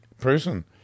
person